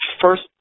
First